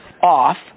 off